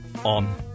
on